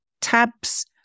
tabs